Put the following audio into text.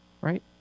right